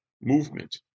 movement